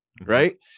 right